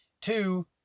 Two